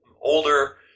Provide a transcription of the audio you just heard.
older